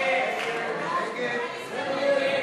ציפי לבני, שלי יחימוביץ, סתיו שפיר,